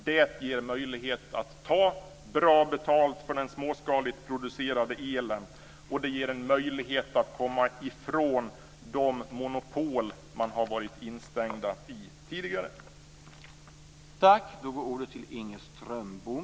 Det ger möjlighet att ta bra betalt för den småskaligt producerade elen. Det ger också en möjlighet att komma ifrån de monopol som de tidigare har varit instängda i.